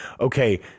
okay